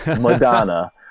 Madonna